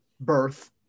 birth